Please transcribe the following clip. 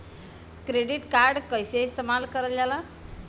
Credit card कईसे इस्तेमाल करल जाला?